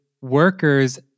workers